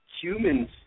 humans